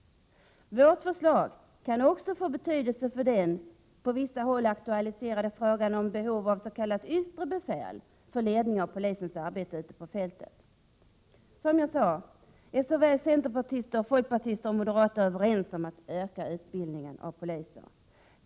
Vårt förslag kan också få betydelse för den på vissa håll aktualiserade frågan om behov av s.k. yttre befäl för ledning av polisens arbete ute på fältet. Centerpartister, folkpartister och moderater är överens om att öka utbildningen av poliser.